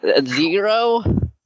Zero